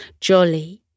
Jolly